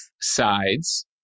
sides